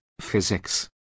physics